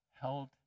held